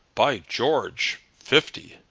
by george fifty!